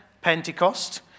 Pentecost